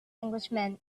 englishman